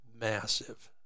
massive